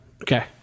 Okay